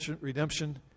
redemption